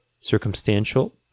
circumstantial